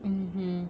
mmhmm